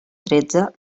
tretze